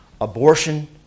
abortion